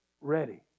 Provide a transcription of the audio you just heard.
ready